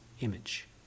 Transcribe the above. image